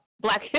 Black